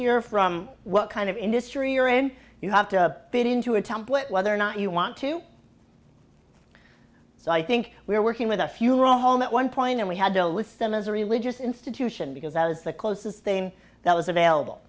here from what kind of industry you're in you have to fit into a template whether or not you want to so i think we're working with a funeral home at one point and we had to list them as a religious institution because that is the closest thing that was available